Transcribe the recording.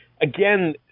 Again